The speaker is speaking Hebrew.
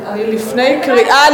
אני לפני קריאה,